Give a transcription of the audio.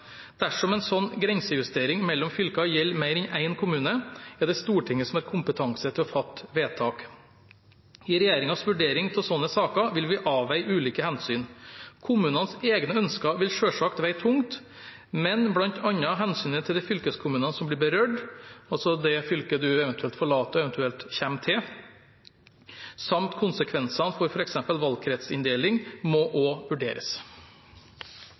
Dersom en slik grensejustering mellom fylker gjelder mer enn én kommune, er det Stortinget som har kompetanse til å fatte vedtak. I regjeringens vurdering av slike saker vil vi avveie ulike hensyn. Kommunenes egne ønsker vil selvsagt veie tungt, men bl.a. hensynet til de fylkeskommunene som blir berørt – altså det fylket man eventuelt forlater, og det man eventuelt kommer til – samt konsekvenser for f.eks. valgkretsinndeling må også vurderes.